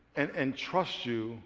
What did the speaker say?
and and trust you